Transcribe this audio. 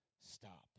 stop